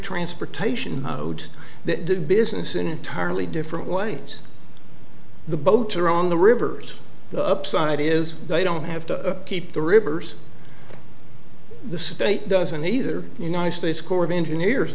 transportation modes that do business in an entirely different ways the boats are on the river the upside is they don't have to keep the rivers the state doesn't either united states corps of engineers